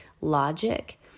logic